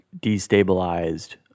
destabilized